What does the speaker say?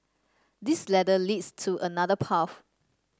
this ladder leads to another path